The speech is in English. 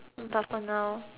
but for now